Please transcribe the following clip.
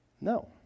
No